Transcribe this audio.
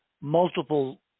multiple